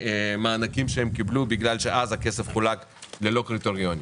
המענקים שהם קיבלו בגלל שאז הכסף חולק ללא קריטריונים.